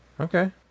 Okay